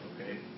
okay